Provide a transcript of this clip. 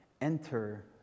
enter